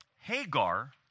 Hagar